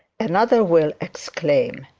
another will exclaim.